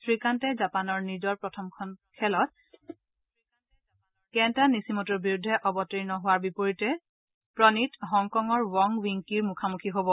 শ্ৰীকান্তে জাপানৰ নিজৰ প্ৰথমখন খেলত কেন্তা নিথিমতোৰ বিৰুদ্ধে অৱতীৰ্ণ হোৱাৰ বিপৰীতে প্ৰণিত হংকঙৰ ৱং উইং কিৰ মুখামুখি হ'ব